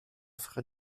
frère